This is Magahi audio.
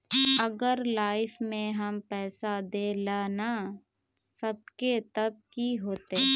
अगर लाइफ में हम पैसा दे ला ना सकबे तब की होते?